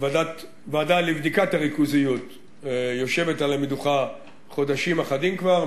ועדה לבדיקת הריכוזיות יושבת על המדוכה חודשים אחדים כבר,